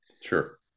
Sure